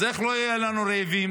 אז איך לא יהיו לנו רעבים?